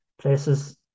places